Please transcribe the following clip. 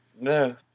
No